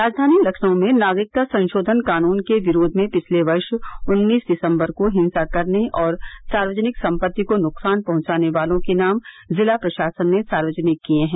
राजधानी लखनऊ में नागरिकता संशोधन कानून के विरोध में पिछले वर्ष उन्नीस दिसम्बर को हिंसा करने और सार्वजनिक संपत्ति को नुकसान पहुंचाने वालों के नाम जिला प्रशासन ने सार्वजनिक किए हैं